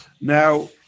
now